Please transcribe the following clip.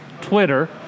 twitter